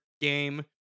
game